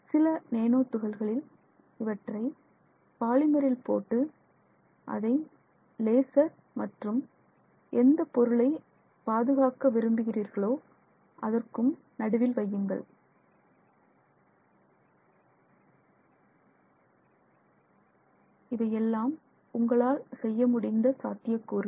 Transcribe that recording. சில நேனோ துகள்களில் இவற்றை பாலிமரில் போட்டு அதை லேசர் மற்றும் எந்த பொருளை பாதுகாக்க விரும்புகிறீர்களோ அதற்கும் நடுவில் வையுங்கள் இவை எல்லாம் உங்களால் செய்ய முடிந்த சாத்தியக் கூறுகள்